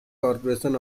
corporations